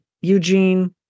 Eugene